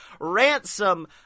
Ransom